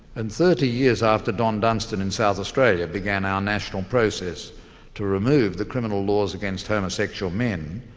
and thirty years after don dunstan in south australia began our national process to remove the criminal laws against homosexual men,